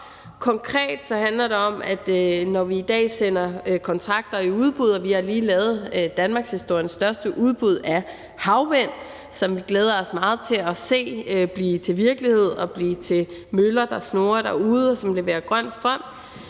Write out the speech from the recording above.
Konkret handler det om, at når vi i dag sender kontrakter i udbud – og vi har lige lavet danmarkshistoriens største udbud af havvind, som vi glæder os meget til at se blive til virkelighed, blive til møller, der snurrer derude, og som leverer grøn strøm